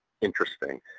interesting